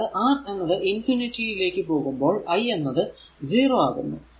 അതായതു R എന്നത് infinity യിലേക്ക് പോകുമ്പോൾ i എന്നത് 0 ആകുന്നു